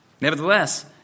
Nevertheless